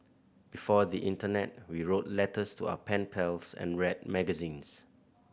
before the internet we wrote letters to our pen pals and read magazines